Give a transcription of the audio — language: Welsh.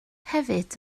hefyd